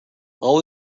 all